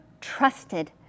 trusted